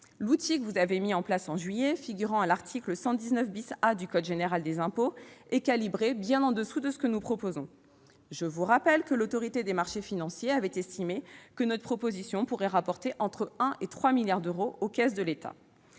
L'outil que vous avez mis en oeuvre en juillet, figurant à l'article 119 A du code général des impôts, est calibré bien au-dessous de ce que nous proposons. L'Autorité des marchés financiers avait estimé que notre proposition pourrait rapporter entre 1 milliard et 3 milliards d'euros aux caisses de l'État.